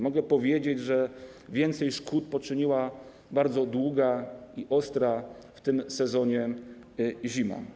Mogę powiedzieć, że więcej szkód poczyniła bardzo długa i ostra w tym sezonie zima.